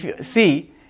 See